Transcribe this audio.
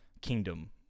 kingdom